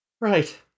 Right